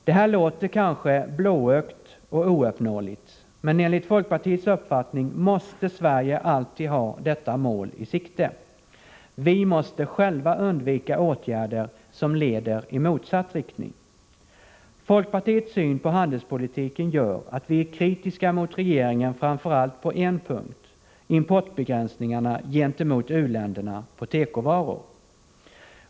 Det här låter kanske blåögt och ouppnåeligt, men enligt folkpartiets uppfattning måste Sverige alltid ha detta mål i sikte. Vi måste själva undvika åtgärder som leder i motsatt riktning. Folkpartiets syn på handelspolitiken gör att vi är kritiska mot regeringen framför allt på en punkt, nämligen beträffande importbegränsningarna gentemot u-länderna på tekovaror.